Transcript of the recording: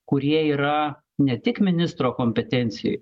kurie yra ne tik ministro kompetencijoj